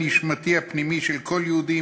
הנשמתי הפנימי של כל יהודי,